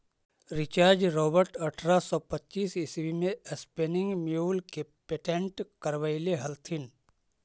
Richard Robert अट्ठरह सौ पच्चीस ईस्वी में स्पीनिंग म्यूल के पेटेंट करवैले हलथिन